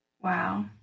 Wow